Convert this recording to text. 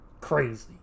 Crazy